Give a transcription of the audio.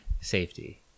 Safety